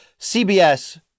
cbs